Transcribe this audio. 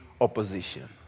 opposition